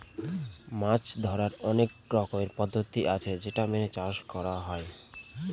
মাছ ধরার অনেক রকমের পদ্ধতি আছে যেটা মেনে মাছ চাষ করা হয়